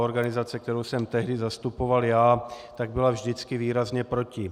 Organizace, kterou jsem tehdy zastupoval já, byla vždycky výrazně proti.